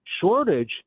shortage